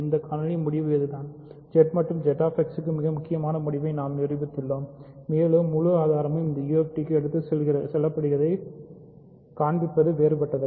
இந்த காணொளியின் முடிவு இதுதான் Z மற்றும் ZX க்கு மிக முக்கியமான முடிவை நாம் நிரூபித்துள்ளோம் மேலும் முழு ஆதாரமும் எந்த UFDக்கும் எடுத்துச் செல்லப்படுவதைக் காண்பிப்பது வேறுபட்டதல்ல